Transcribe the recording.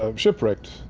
um shipwrecked,